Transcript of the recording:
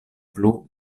plu